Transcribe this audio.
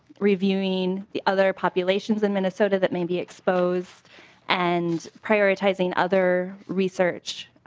reviewing the other populations in minnesota that may be exposed and prioritizing other research.